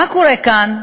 מה קורה כאן?